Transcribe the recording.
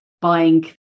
buying